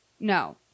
No